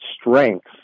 strength